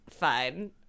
Fine